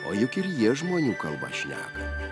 o juk ir jie žmonių kalba šneka